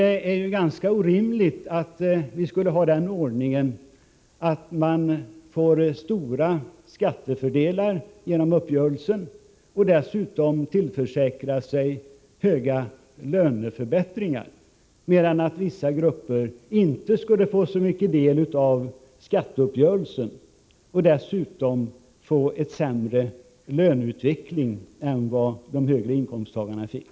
Det är ju ganska orimligt att ha en sådan ordning att somliga får stora skattefördelar genom uppgörelsen och dessutom tillförsäkrar sig stora löneförbättringar, medan vissa grupper inte får så stor del i skatteuppgörelsen och dessutom får sämre löneutveckling än vad de högre inkomsttagarna får.